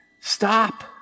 Stop